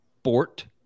sport